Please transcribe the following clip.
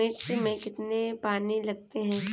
मिर्च में कितने पानी लगते हैं?